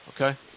Okay